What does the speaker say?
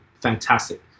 fantastic